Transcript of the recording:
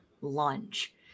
lunge